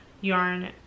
yarn